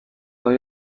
های